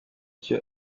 cyo